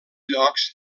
llocs